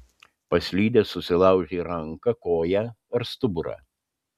paslydęs susilaužei ranką koją ar stuburą